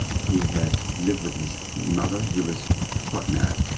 he had lived with his mother, he was quite mad.